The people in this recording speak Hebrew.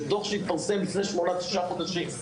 זה דוח שהתפרסם לפני שמונה-תשעה חודשים.